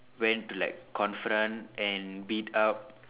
went to like confront and beat up